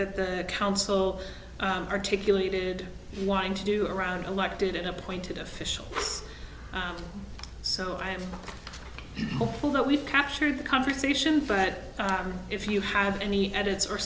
that the council articulated wanting to do around elected and appointed officials so i'm hopeful that we've captured the conversation but if you have any edits or